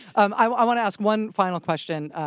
um i wanna ask one final question.